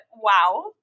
Wow